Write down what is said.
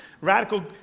radical